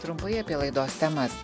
trumpai apie laidos temas